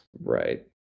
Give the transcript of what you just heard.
Right